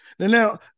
Now